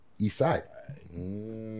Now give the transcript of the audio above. Eastside